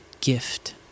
gift